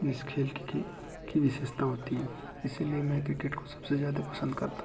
इस खेल की की विशेषता होती है इसीलिए मैं क्रिकेट को सबसे ज़्यादा पसंद करता हूँ